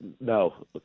no